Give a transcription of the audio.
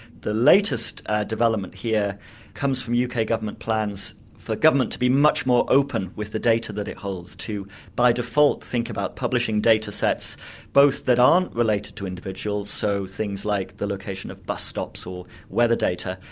the latest development here comes from yeah uk government plans for government to be much more open with the data that it holds, to by default think about publishing data sets both that aren't related to individuals, so things like the location of bus stops or weather data,